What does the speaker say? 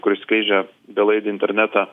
kuris skleidžia belaidį internetą